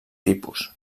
tipus